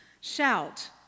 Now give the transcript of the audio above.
Shout